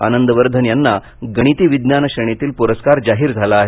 आनंदवर्धन यांना गणिती विज्ञान श्रेणीतील पुरस्कार जाहीर झाला आहे